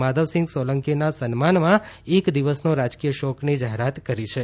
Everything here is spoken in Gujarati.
માધવસિંહ સોલંકીના સન્માનમાં એક દિવસનો રાજકીય શોકની જાહેરાત કરી છે